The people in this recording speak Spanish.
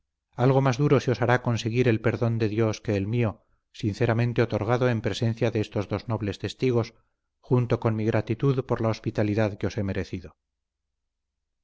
algo más duro se os hará conseguir el perdón de dios que el mío sinceramente otorgado en presencia de estos dos nobles testigos junto con mi gratitud por la hospitalidad que os he merecido